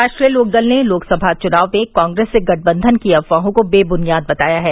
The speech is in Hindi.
राष्ट्रीय लोकदल ने लोकसभा चुनाव में कांग्रेस से गठबंधन की अफवाहों को बेबुनियाद बताया है